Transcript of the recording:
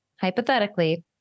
hypothetically